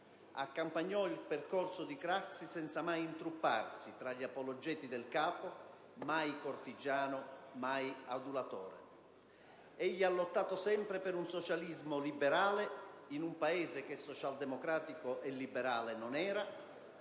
accompagnò il percorso di Craxi senza mai intrupparsi tra gli apologeti del capo: mai cortigiano, mai adulatore. Egli lottò sempre per un socialismo liberale, in un Paese che socialdemocratico e liberale non era,